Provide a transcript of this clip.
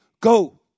go